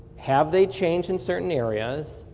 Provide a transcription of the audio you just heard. have they changed in certain areas,